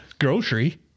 grocery